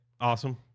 awesome